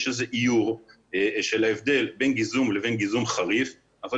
יש איזה איור של ההבדל בין גיזום לבין גיזום חריף אבל